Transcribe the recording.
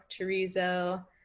chorizo